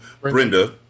Brenda